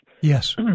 Yes